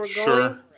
sure.